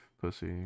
pussy